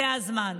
זה הזמן.